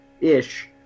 ish